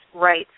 right